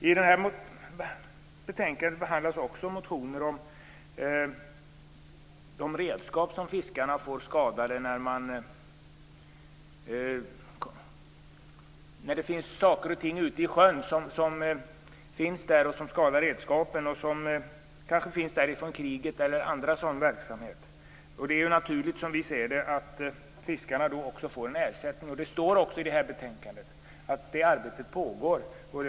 I detta betänkande behandlas också motioner om de redskap som fiskarna får skadade när det finns saker och ting i sjön som skadar redskapen. Det kanske finns där från kriget eller från annan sådan verksamhet. Det är som vi ser det naturligt att fiskarna får en ersättning. Det står också i betänkandet att ett arbete med detta pågår.